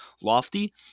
lofty